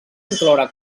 incloure